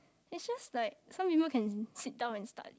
it just like some people can sit down and start